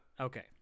Okay